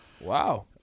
Wow